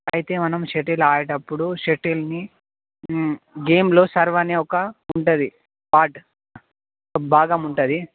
అయితే మనం షటిల్ ఆడేటప్పుడు షటిల్ని గేమ్లో సర్వ్ అని ఉంటుంది ఒక పార్ట్ ఒక భాగం ఉంటుంది